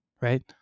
right